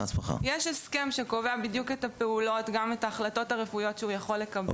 יש הסכם שקובע את הפעולות ואת ההחלטות הרפואיות שהוא יכול לקבל,